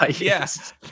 Yes